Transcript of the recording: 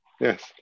Yes